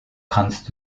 kannst